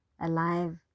Alive